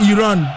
Iran